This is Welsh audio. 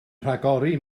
rhagori